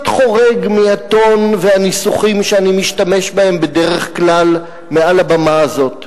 חורג מהטון והניסוחים שאני משתמש בהם בדרך כלל מעל לבמה הזו,